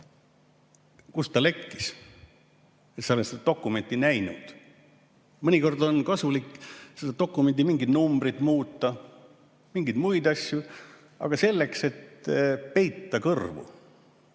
kust see lekkis, et sa oled seda dokumenti näinud. Mõnikord on kasulik muuta dokumendi mingeid numbreid või mingeid muid asju, seda selleks, et peita kõrvu